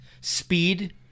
speed